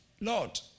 Lord